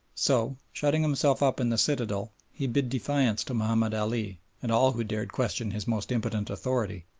so, shutting himself up in the citadel, he bid defiance to mahomed ali and all who dared question his most impotent authority,